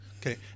Okay